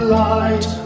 light